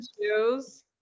choose